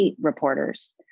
reporters